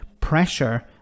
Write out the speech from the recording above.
pressure